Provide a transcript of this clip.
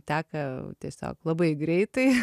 teka tiesiog labai greitai